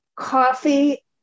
Coffee